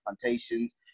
plantations